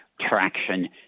traction